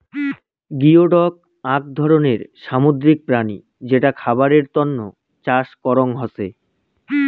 geoduck আক ধরণের সামুদ্রিক প্রাণী যেটা খাবারের তন্ন চাষ করং হসে